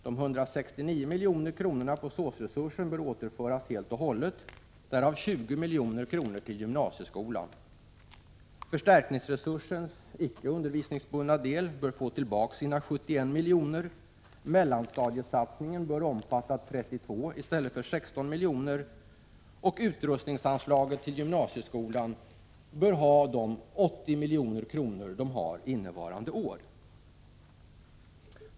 De 169 miljonerna på SÅS-resursen bör återföras helt och hållet — därav avser 20 miljoner gymnasieskolan. Förstärkningsresursens icke undervisningsbundna del bör få tillbaka sina 71 milj.kr. Mellanstadiesatsningen bör omfatta 32 i stället för 16 milj.kr., och utrustningsanslaget till gymnasieskolan bör ha de 80 milj.kr. som det har innevarande år.